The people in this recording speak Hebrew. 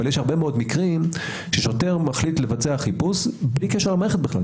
יש הרבה מקרים ששוטר מחליט לבצע חיפוש בלי קשר למערכת,